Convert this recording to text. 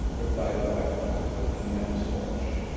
replied the white knight, looking at his watch.